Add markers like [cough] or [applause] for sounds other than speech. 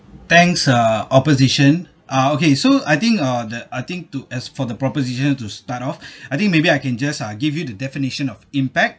thanks uh opposition ah okay so I think uh the I think as for the proposition to start off [breath] I think maybe I can just uh give you the definition of impact